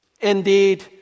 Indeed